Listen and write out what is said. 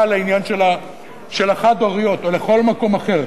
לעניין של החד-הוריות או לכל מקום אחר.